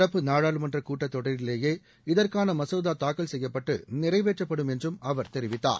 நடப்பு நாடாளுமன்ற கூட்டத் தொடரிலேயே இதற்கான மசோதா தாக்கல் செய்யப்பட்டு நிறைவேற்றப்படும் என்றும் அவர் தெரிவித்தார்